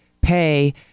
pay